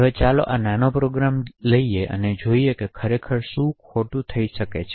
હવે ચાલો આ નાનો પ્રોગ્રામ જોઈએ અને જોઈએ કે ખરેખર શું ખોટું થઈ શકે છે